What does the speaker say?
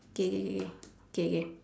K K K K K K